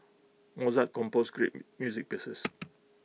Mozart composed great music pieces